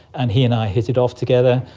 and he and i hit it off together.